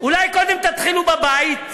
אולי קודם תתחילו בבית?